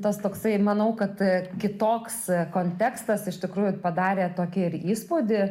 tas toksai manau kad kitoks kontekstas iš tikrųjų padarė tokį ir įspūdį